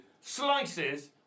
slices